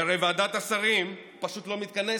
הרי ועדת השרים פשוט לא מתכנסת,